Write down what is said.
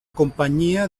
companyia